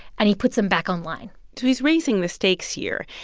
and he puts them back online so he's raising the stakes here.